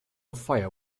fire